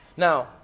Now